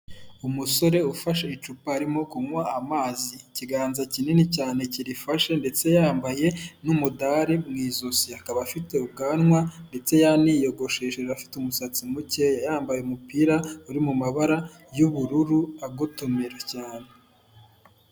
Umusore ufashe icupa arimo kunywa amazi, ikiganza kinini cyane kirifashe ndetse yambaye n'umudari mu ijosi, akaba afite ubwanwa ndetse yaniyogoshesheje afite umusatsi muke yambaye umupira uri mu mabara y'ubururu agotomera cyane.